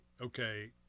okay